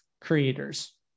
creators